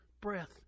breath